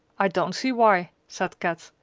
i don't see why, said kat.